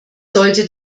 sollte